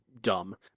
dumb